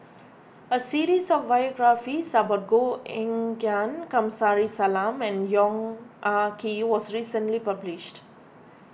a series of biographies about Koh Eng Kian Kamsari Salam and Yong Ah Kee was recently published